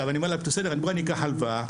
אני אומר לה: אני אקח הלוואה,